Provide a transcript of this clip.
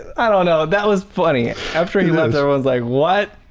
i don't know, that was funny. after he left i was like what?